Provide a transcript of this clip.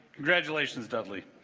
congratulations dudley